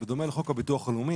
בדומה לחוק הביטוח הלאומי,